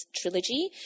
Trilogy